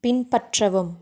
பின்பற்றவும்